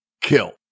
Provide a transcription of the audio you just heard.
kill